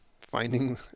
finding